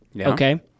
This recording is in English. okay